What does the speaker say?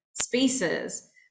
spaces